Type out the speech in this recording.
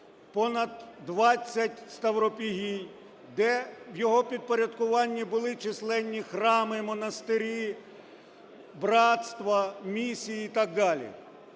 двадцять ставропігій, де в його підпорядкуванні були численні храми і монастирі, братства, місії і так далі.